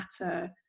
matter